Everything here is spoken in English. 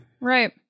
Right